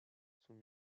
sont